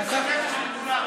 אין להם מה להגיד,